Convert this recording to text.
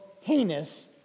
heinous